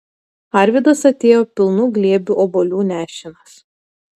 arvydas atėjo pilnu glėbiu obuolių nešinas